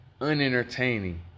Unentertaining